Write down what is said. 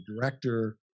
director